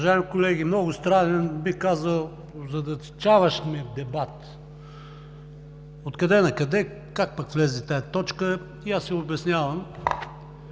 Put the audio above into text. Уважаеми колеги, много странен, бих казал озадачаващ ме дебат! Откъде накъде, как пък влезе тази точка? Аз си обяснявам